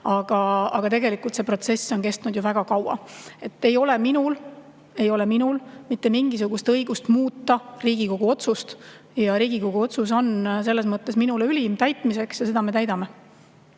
Aga tegelikult see protsess on kestnud väga kaua. Ei ole minul mitte mingisugust õigust muuta Riigikogu otsust. Riigikogu otsus on minule ülim täitmiseks ja seda me täidame.